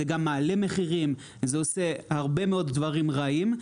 זה גם מעלה מחירים, זה עושה הרבה מאוד דברים רעים.